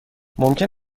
ممکن